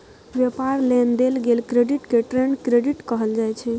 व्यापार लेल देल गेल क्रेडिट के ट्रेड क्रेडिट कहल जाइ छै